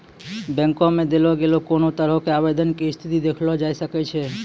बैंको मे देलो गेलो कोनो तरहो के आवेदन के स्थिति देखलो जाय सकै छै